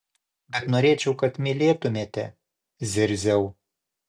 bet norėčiau kad mylėtumėte zirziau